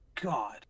god